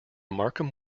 markham